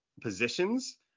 positions